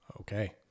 Okay